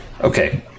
Okay